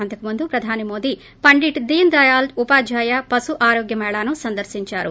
అంతకుముందు ప్రధాని మోదీ పండిట్ దీన్దయాల్ ఉపాధ్యాయ పశు ఆరోగ్య మేళాను సందర్పించారు